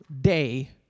day